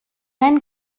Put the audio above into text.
reine